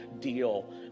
deal